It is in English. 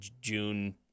June